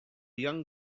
young